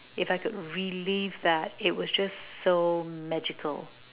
if I could relive that it was just so magical